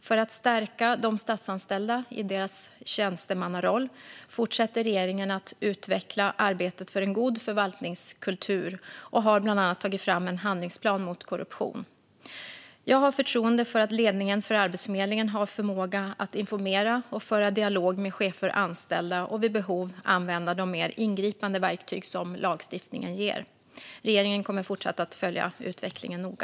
För att stärka de statsanställda i deras tjänstemannaroll fortsätter regeringen att utveckla arbetet för en god förvaltningskultur och har bland annat tagit fram en handlingsplan mot korruption. Jag har förtroende för att ledningen för Arbetsförmedlingen har förmåga att informera och föra dialog med chefer och anställda och vid behov använda de mer ingripande verktyg som lagstiftningen ger. Regeringen kommer fortsatt att följa utvecklingen noga.